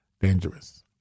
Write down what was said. dangerous